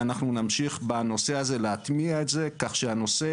ונמשיך להטמיע את הנושא הזה כך שהנושא